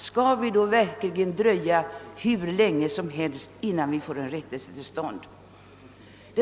Skall vi då vänta hur länge som helst innan en ändring kommer till stånd så att dessa barn får födas, som svenska medborgare?